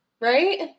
right